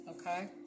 Okay